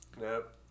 Nope